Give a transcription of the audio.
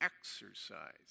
exercise